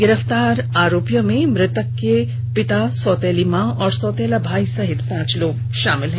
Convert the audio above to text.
गिरफ्तार आरोपियों में मृतक के पिता सौतेली माता और सौतेला भाई सहित पांच लोग शामिल हैं